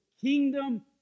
kingdom